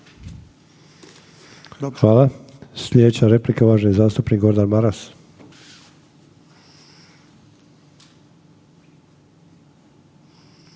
Hvala. Slijedeća replika uvažena zastupnica Grozdana